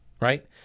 right